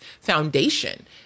foundation